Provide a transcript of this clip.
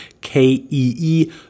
K-E-E